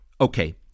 Okay